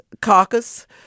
Caucus